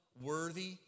worthy